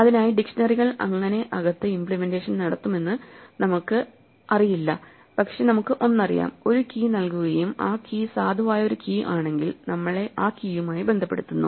അതിനായി ഡിക്ഷനറികൾ എങ്ങനെ അകത്ത് ഇമ്പ്ലിമെന്റേഷൻ നടത്തുമെന്ന് നമുക്ക് അറിയില്ല പക്ഷേ നമുക്ക് ഒന്നറിയാം ഒരു കീ നൽകുകയും ആ കീ സാധുവായ ഒരു കീ ആണെങ്കിൽ നമ്മളെ ആ കീയുമായി ബന്ധപ്പെടുത്തുന്നു